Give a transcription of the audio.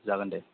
जागोन दे